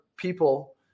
People